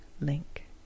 link